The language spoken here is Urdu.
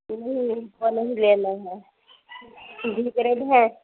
نہیں نہیں وہ نہیں لینا ہے ہے